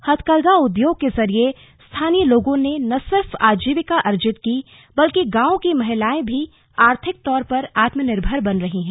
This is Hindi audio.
हथकरघा उद्योग के जरिये स्थानीय लोगों ने न सिर्फ आजीविका अर्जित की बल्कि गांव की महिलाएं भी आर्थिक तौर पर आत्मनिर्भर बन रही हैं